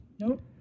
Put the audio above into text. Nope